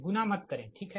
गुणा मत करें ठीक है